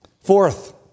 Fourth